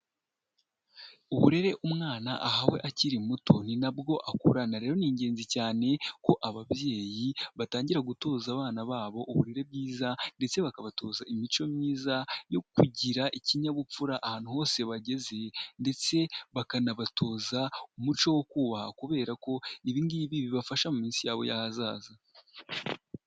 Uburere umwana ahawe akiri muto ni nabwo akurana. Rero ni ingenzi cyane ko ababyeyi batangira gutoza abana babo uburere bwiza, ndetse bakabatoza imico myiza yo kugira ikinyabupfura ahantu hose bageze ndetse bakanabatoza umuco wo kubaha kubera ko ibingibi bibafasha mu minsi yabo y'ahazaza.